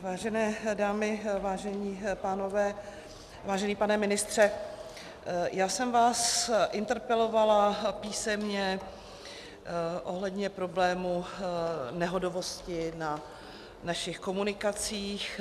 Vážené dámy, vážení pánové, vážený pane ministře, já jsem vás interpelovala písemně ohledně problému nehodovosti na našich komunikacích.